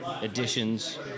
additions